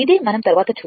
మనం తరువాత చూద్దాము